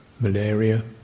malaria